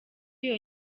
iyo